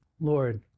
Lord